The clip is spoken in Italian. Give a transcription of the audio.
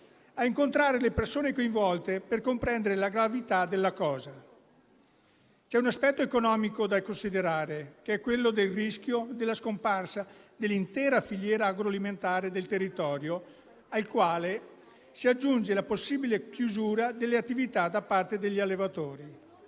a incontrare le persone coinvolte per comprendere la gravità della situazione. C'è un aspetto economico da considerare, che è quello del rischio della scomparsa dell'intera filiera agroalimentare del territorio, al quale si aggiunge la possibile chiusura delle attività da parte degli allevatori.